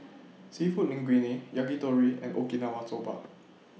Seafood Linguine Yakitori and Okinawa Soba